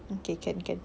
okay can can